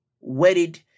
wedded